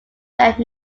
where